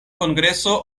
kongreso